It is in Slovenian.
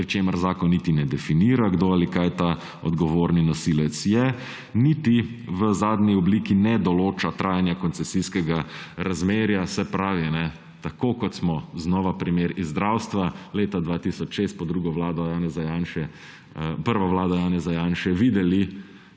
pri čemer zakon niti ne definira, kdo ali kaj ta odgovorni nosilec je, niti v zadnji obliki ne določa trajanje koncesijskega razmerja. Se pravi, tako kot smo, znova primer iz zdravstva, leta 2006 pod prvo vlado Janeza Janše videli